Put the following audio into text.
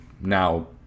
now